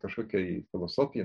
kažkokia filosofija